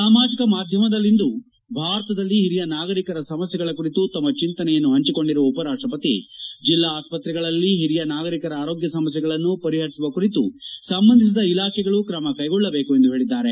ಸಾಮಾಜಕ ಮಾಧ್ಯಮದಲ್ಲಿಂದು ಭಾರತದಲ್ಲಿ ಹಿರಿಯ ನಾಗರಿಕರ ೆ ಸಮಸ್ಥೆಗಳ ಕುರಿತು ತಮ್ಮ ಚಿಂತನೆಯನ್ನು ಪಂಚಿಕೊಂಡಿರುವ ಉಪರಾಷ್ಲಪತಿ ಜೆಲ್ಲಾ ಆಸ್ಪತ್ರೆಗಳಲ್ಲಿ ಹಿರಿಯ ನಾಗರಿಕರ ಆರೋಗ್ಯ ಸಮಸ್ಥೆಗಳನ್ನು ಪರಿಪರಿಸುವ ಕುರಿತು ಸಂಬಂಧಿಸಿದ ಇಲಾಖೆಗಳು ಕ್ರಮ ಕೈಗೊಳ್ಳಬೇಕು ಎಂದು ಹೇಳದ್ದಾರೆ